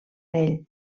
ell